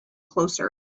closer